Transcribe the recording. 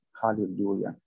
Hallelujah